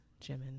Jimin